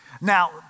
Now